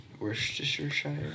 Worcestershire